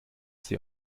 sie